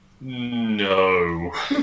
no